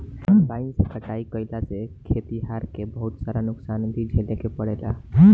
combine से कटाई कईला से खेतिहर के बहुत सारा नुकसान भी झेले के पड़ेला